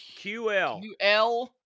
QL